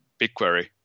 BigQuery